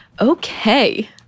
Okay